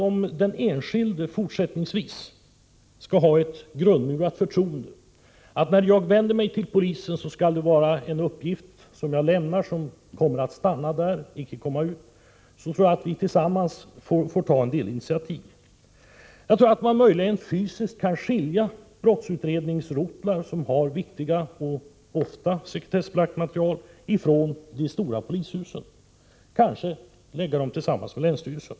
Om den enskilde fortsättningsvis skall kunna känna sig övertygad om att uppgifter som han lämnar till polisen stannar där och icke kommer ut, mäste vi tillsammans ta vissa initiativ. Möjligen kan man så att säga fysiskt skilja brottsutredningsrotlar, som ofta har viktigt material som bör sekretessläggas, från de stora polishusen och placera rotlarna i lokaler som tillhör länsstyrelserna.